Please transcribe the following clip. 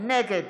נגד